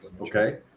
okay